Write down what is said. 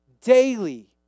daily